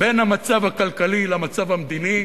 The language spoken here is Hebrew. בין המצב הכלכלי למצב המדיני,